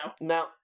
Now